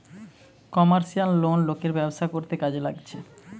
commercial loan লোকের ব্যবসা করতে কাজে লাগছে